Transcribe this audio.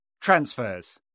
transfers